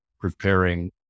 preparing